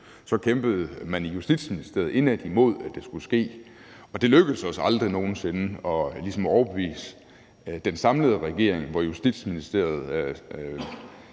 i Justitsministeriet kæmpede indædt imod, at det skulle ske, og det lykkedes os ligesom aldrig nogen sinde at overbevise den samlede regering, hvor Justitsministeriet